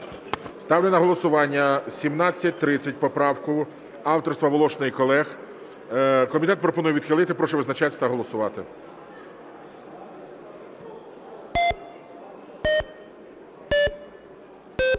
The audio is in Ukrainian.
Ставлю на голосування 1730 поправку авторства Волошина і колег. Комітет пропонує відхилити. Прошу визначатися та голосувати. 11:56:18